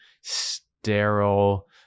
sterile